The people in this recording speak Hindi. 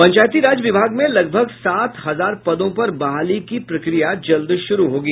पंचायती राज विभाग में लगभग सात हजार पदों पर बहाली की प्रक्रिया जल्द शुरू होगी